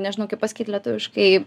nežinau kaip pasakyti lietuviškai